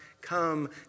come